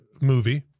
movie